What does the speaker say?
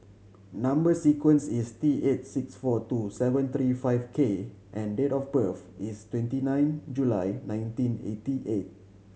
number sequence is T eight six four two seven five three K and date of birth is twenty nine July nineteen eighty eight